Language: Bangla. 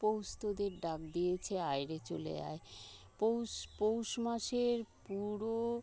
পৌষ তোদের ডাক দিয়েছে আয় রে চলে আয় পৌষ পৌষমাসের পুরো